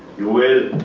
you will,